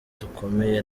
dukomeye